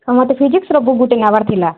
ହଁ ମୋତେ ଫିଜିକ୍ସର ବୁକ୍ ଗୁଟେ ନେବାର ଥିଲା